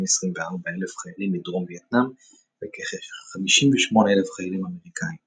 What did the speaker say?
כ-224 אלף חיילים מדרום וייטנאם וכ-58 אלף חיילים אמריקניים.